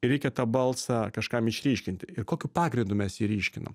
ir reikia tą balsą kažkam išryškinti ir kokiu pagrindu mes jį ryškinam